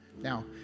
Now